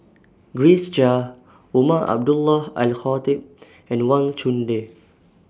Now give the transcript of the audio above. Grace Chia Umar Abdullah Al Khatib and Wang Chunde